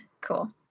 Cool